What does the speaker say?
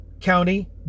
County